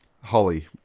Holly